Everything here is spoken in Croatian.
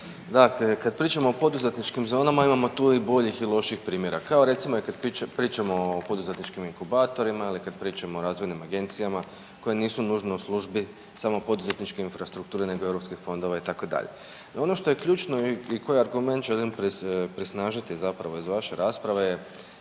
da kad pričamo o poduzetničkim zonama imamo tu i boljih i lošijih primjera, kao recimo i kad pričamo o poduzetničkim inkubatorima ili kad pričamo o razvojnim agencijama koje nisu nužno u službi samo poduzetničke infrastrukture nego eu fondova itd. No ono što je ključno i koji argument želim presnažiti zapravo iz vaše rasprave je